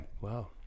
wow